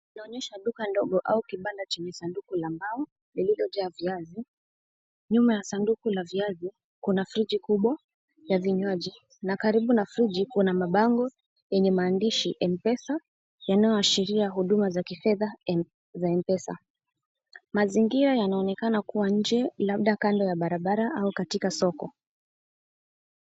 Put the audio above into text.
Inaonyesha duka ndogo au kibanda chenye sanduku la mbao, liliojaa viazi. Nyuma ya sanduku la viazi kuna friji kubwa ya vinywaji, na karibu na friji kuna mabango yenye maandishi M-Pesa, yanayoashiria huduma za kifedha za M-Pesa. Mazingira yanaonekana kuwa nje, labda kando ya barabara au katika soko.